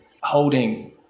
holding